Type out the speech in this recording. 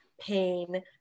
pain